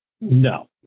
No